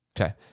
Okay